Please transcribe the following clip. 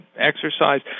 exercise